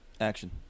Action